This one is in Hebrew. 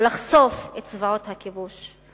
ולחשוף את זוועות הכיבוש,